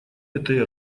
этой